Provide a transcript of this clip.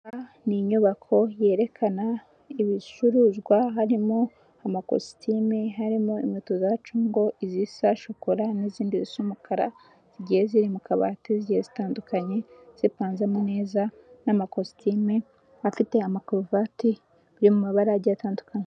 Ni inyubako yerekana ibicuruzwa harimo amakositime, harimo inkweto za congo izisa shokora n'izindi zisa umukara zigiye ziri mu kabati, zigiye zitandukanye, zipanzemo neza n'amakositime afite amakaruvati yo mu mabara agiye atandukanye.